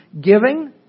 giving